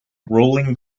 rolling